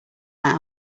that